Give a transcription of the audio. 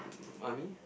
army